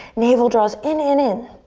navel draws in, in, in.